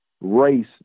race